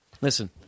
Listen